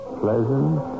pleasant